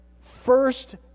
first